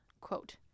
quote